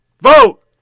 Vote